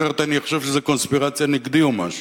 אחרת אני אחשוב שזה קונספירציה נגדי או משהו.